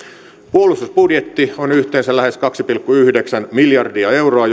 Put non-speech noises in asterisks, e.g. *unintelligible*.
puolustusbudjetti on yhteensä lähes kaksi pilkku yhdeksän miljardia euroa *unintelligible*